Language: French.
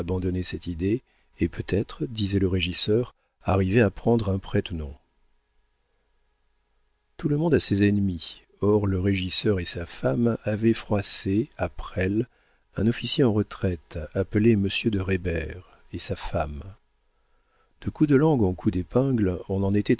cette idée et peut-être disait le régisseur arriver à prendre un prête-nom tout le monde a ses ennemis or le régisseur et sa femme avaient froissé à presles un officier en retraite appelé monsieur de reybert et sa femme de coups de langue en coups d'épingle on en était